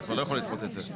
צריך להיות או או.